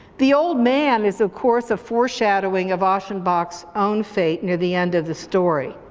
the old man is of course a foreshadowing of ashchenbach's own fate near the end of the story.